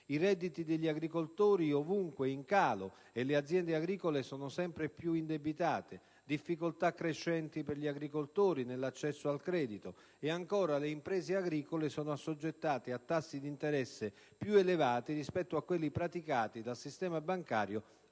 i redditi degli agricoltori sono ovunque in calo e le aziende agricole sono sempre più indebitate; difficoltà crescenti per gli agricoltori si stanno verificando nell'accesso al credito; le imprese agricole sono assoggettate a tassi di interesse più elevati rispetto a quelli praticati dal sistema bancario